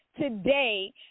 today